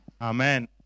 Amen